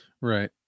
right